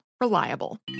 Reliable